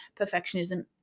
perfectionism